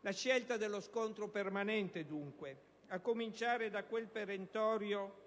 La scelta dello scontro permanente, dunque, a cominciare da quel perentorio